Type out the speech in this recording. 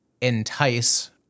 entice